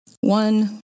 One